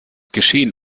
geschehen